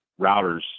routers